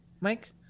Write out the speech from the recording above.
Mike